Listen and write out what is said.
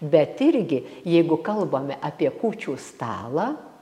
bet irgi jeigu kalbame apie kūčių stalą